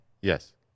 Yes